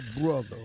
brother